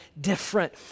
different